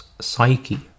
psyche